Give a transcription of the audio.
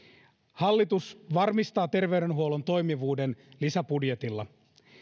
hallitus varmistaa terveydenhuollon toimivuuden lisäbudjetilla